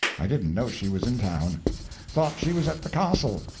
i didn't know she was in town thought she was at the castle.